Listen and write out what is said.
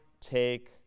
take